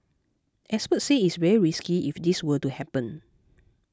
experts say it is very risky if this were to happen